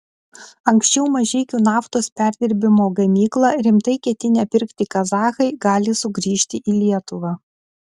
anksčiau mažeikių naftos perdirbimo gamyklą rimtai ketinę pirkti kazachai gali sugrįžti į lietuvą